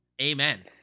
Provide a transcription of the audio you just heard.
amen